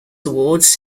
awards